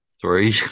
Three